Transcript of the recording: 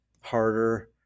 harder